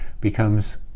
becomes